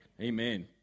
amen